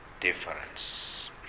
difference